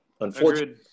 unfortunately